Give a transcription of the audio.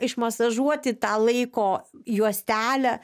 išmasažuoti tą laiko juostelę